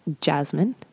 Jasmine